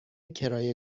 کرایه